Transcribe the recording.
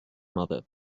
mother